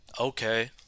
okay